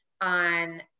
on